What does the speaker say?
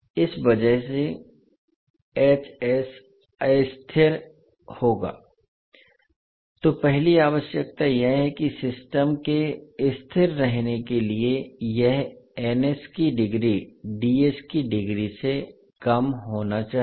इस वजह से अस्थिर होगा तो पहली आवश्यकता यह है कि सिस्टम के स्थिर रहने के लिए यह की डिग्री की डिग्री से कम होना चाहिए